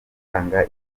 gutanga